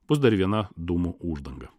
bus dar viena dūmų uždanga